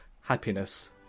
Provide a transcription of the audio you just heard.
happiness